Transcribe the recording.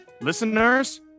listeners